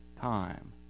time